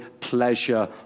pleasure